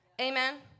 amen